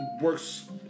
works